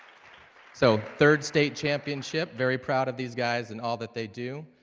so third state championship very proud of these guys and all that they do